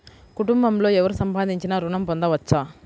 కుటుంబంలో ఎవరు సంపాదించినా ఋణం పొందవచ్చా?